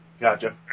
Gotcha